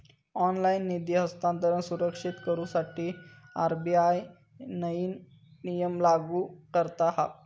online निधी हस्तांतरण सुरक्षित करुसाठी आर.बी.आय नईन नियम लागू करता हा